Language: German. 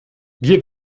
wir